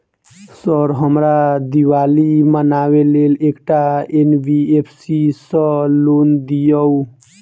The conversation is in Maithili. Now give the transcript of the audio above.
सर हमरा दिवाली मनावे लेल एकटा एन.बी.एफ.सी सऽ लोन दिअउ?